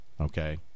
Okay